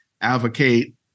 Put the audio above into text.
advocate